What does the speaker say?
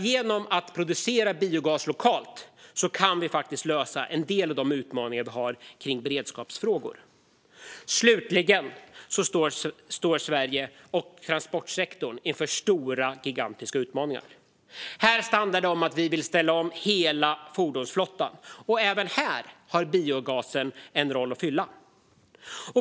Genom att producera biogas lokalt kan vi faktiskt lösa en del av de utmaningar som finns för beredskapsfrågor. Sverige och transportsektorn står inför stora gigantiska utmaningar. Här handlar det om att ställa om hela fordonsflottan, och även här har biogasen en roll att fylla.